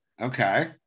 okay